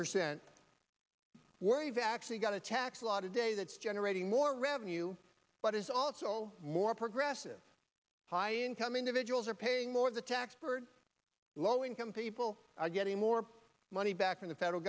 percent were evacuees got a tax law today that's generating more revenue but is also more progressive high income individuals are paying more the tax burden low income people are getting more money back from the federal